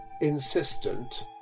insistent